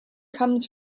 comes